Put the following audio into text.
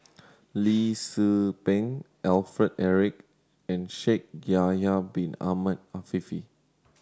Lee Tzu Pheng Alfred Eric and Shaikh Yahya Bin Ahmed Afifi